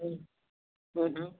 હમ હમ